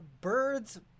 birds